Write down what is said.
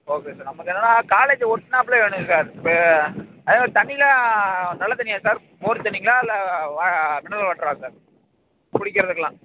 okay sir நமக்கு என்னென்னா காலேஜை ஒட்னாப்புல வேணும் சார் இப்போ அதே மாதிரி தண்ணிலாம் நல்ல தண்ணியா சார் போர் தண்ணிங்களா இல்லை வா மினரல் வாட்டரா சார் குடிக்கிறதுக்குலாம்